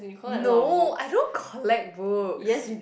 no I don't collect books